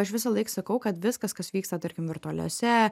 aš visą laik sakau kad viskas kas vyksta tarkim virtualiose